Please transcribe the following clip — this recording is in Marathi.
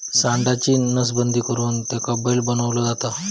सांडाची नसबंदी करुन त्याका बैल बनवलो जाता